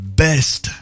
best